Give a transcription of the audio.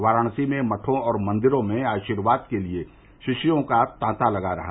वाराणसी में मठों और मंदिरों में आशीर्वाद के लिये शिष्यों का तांता लगा रहा